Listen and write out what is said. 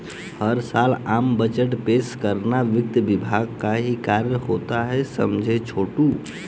हर साल आम बजट पेश करना वित्त विभाग का ही कार्य होता है समझे छोटू